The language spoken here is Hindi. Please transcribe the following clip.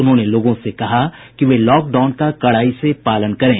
उन्होंने लोगों से कहा कि वे लॉकडाउन का कड़ाई से पालन करें